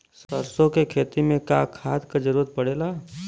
सरसो के खेती में का खाद क जरूरत पड़ेला?